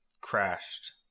crashed